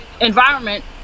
environment